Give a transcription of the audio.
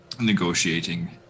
negotiating